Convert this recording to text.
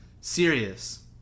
serious